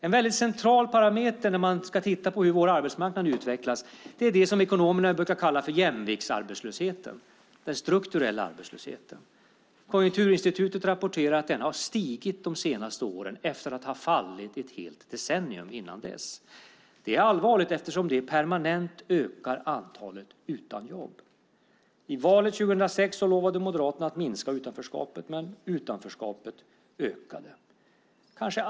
En väldigt central parameter när man ska titta på hur vår arbetsmarknad utvecklas är det som ekonomerna brukar kalla för jämviktsarbetslösheten, den strukturella arbetslösheten. Konjunkturinstitutet rapporterar att denna har stigit under de senaste åren - detta efter att ha fallit ett helt decennium dessförinnan. Det är allvarligt eftersom det permanent ökar antalet människor utan jobb. I valet 2006 lovade Moderaterna att minska utanförskapet, men utanförskapet ökade.